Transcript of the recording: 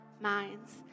minds